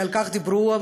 על כך דיברו,